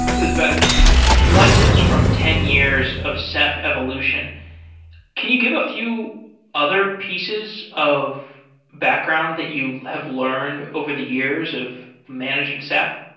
it was about lessons from ten years of ceph evolution can you give a few other pieces of background that you have learned over the years of managing ceph?